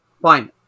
Fine